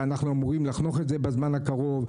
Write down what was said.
ואנחנו אמורים לחנוך את זה בזמן הקרוב.